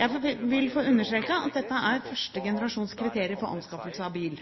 Jeg vil få understreke at dette er første generasjons kriterier for anskaffelse av bil.